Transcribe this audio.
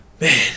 Man